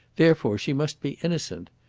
therefore she must be innocent!